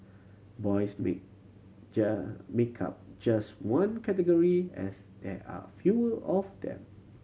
boys make make up just one category as there are fewer of them